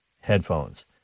headphones